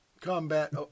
Combat